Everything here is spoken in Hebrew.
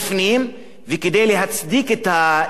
כדי להצדיק את הגזירות שלו,